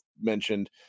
mentioned